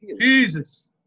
Jesus